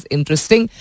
Interesting